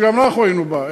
שגם אנחנו היינו בה,